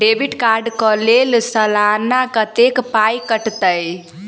Debit card कऽ लेल सलाना कत्तेक पाई कटतै?